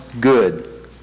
good